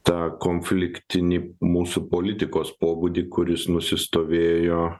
tą konfliktinį mūsų politikos pobūdį kuris nusistovėjo